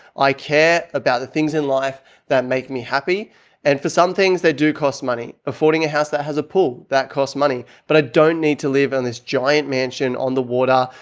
i care about the things in life that make me happy and for some things they do cost money, affording a house that has a pool that cost money, but i don't need to live on this giant mansion on the water,